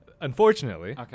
unfortunately